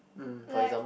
like